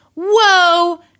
whoa